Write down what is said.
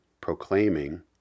proclaiming